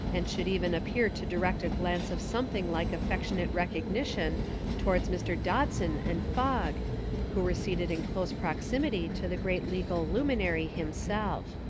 and should even appear to direct a glance of something like affectionate recognition towards mr. dodson and fogg who were seated in close proximity to the great legal luminary himself.